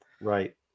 Right